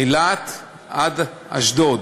אילת עד אשדוד.